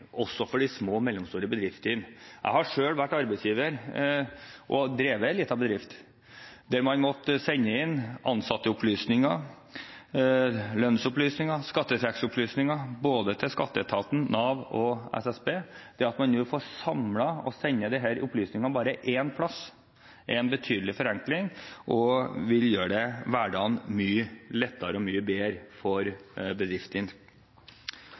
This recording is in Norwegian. også for de små og mellomstore bedriftene. Jeg har selv vært arbeidsgiver og drevet en liten bedrift, der man måtte sende inn ansatteopplysninger, lønnsopplysninger og skattetrekkopplysninger til både Skatteetaten, Nav og SSB. Det at man nå får samlet dette og bare skal sende disse opplysningene én plass, er en betydelig forenkling og vil gjøre hverdagen mye lettere og mye bedre for bedriftene.